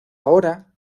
ahora